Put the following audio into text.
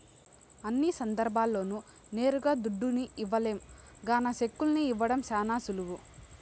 అన్ని సందర్భాల్ల్లోనూ నేరుగా దుడ్డుని ఇవ్వలేం గాన సెక్కుల్ని ఇవ్వడం శానా సులువు